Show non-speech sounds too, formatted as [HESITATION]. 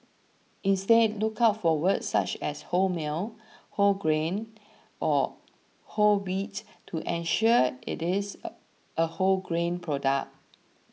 instead look out for words such as wholemeal whole grain or whole wheat to ensure it is [HESITATION] a wholegrain product